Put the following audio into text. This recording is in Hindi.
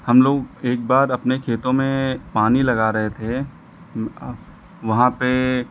हम लोग एक बार अपने खेतों में पानी लगा रहे थे वहाँ पर